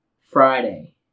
friday